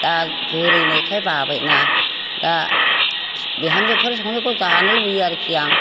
दा बुरैनायखाय बाबाय ना दा बिहामजोफोर संनायखौ जानो लुबैयो आरोखि आं